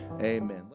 amen